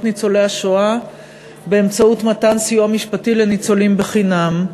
ניצולי השואה באמצעות מתן סיוע משפטי לניצולים חינם.